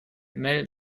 mel